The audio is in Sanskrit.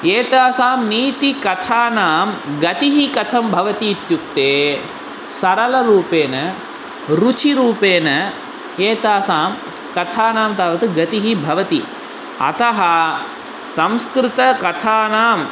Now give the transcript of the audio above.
एतासां नीतिकथानां गतिः कथं भवति इत्युक्ते सरलरूपेण रुचिरूपेण एतासां कथानां तावत् गतिः भवति अतः संस्कृतकथानाम्